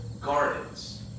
gardens